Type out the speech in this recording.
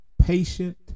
patient